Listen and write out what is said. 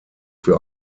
für